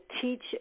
teach